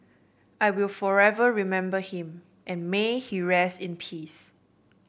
I will forever remember him and may he rest in peace